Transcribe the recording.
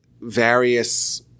various